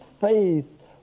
faith